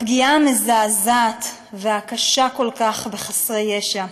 הפגיעה המזעזעת והקשה כל כך בחסרי ישע.